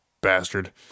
bastard